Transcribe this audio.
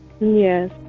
Yes